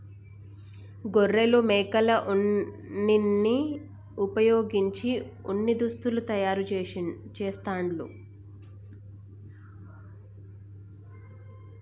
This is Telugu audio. గొర్రెలు మేకల ఉన్నిని వుపయోగించి ఉన్ని దుస్తులు తయారు చేస్తాండ్లు